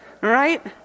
right